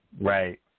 Right